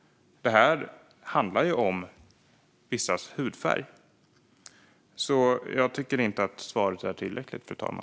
Det här handlar om vissas hudfärg. Därför tycker jag inte att svaret är tillräckligt, fru talman.